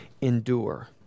endure